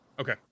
okay